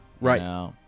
Right